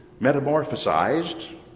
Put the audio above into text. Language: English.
metamorphosized